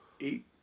eight